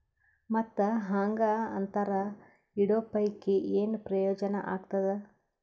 ಮತ್ತ್ ಹಾಂಗಾ ಅಂತರ ಇಡೋ ಪೈಕಿ, ಏನ್ ಪ್ರಯೋಜನ ಆಗ್ತಾದ?